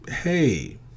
Hey